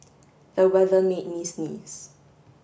the weather made me sneeze